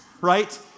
right